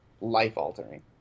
life-altering